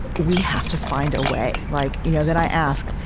we have to find a way. like you know then i ask,